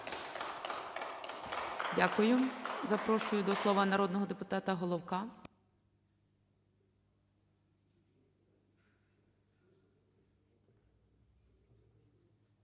Дякую. Запрошую до слова народного депутата Спориша.